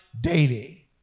daily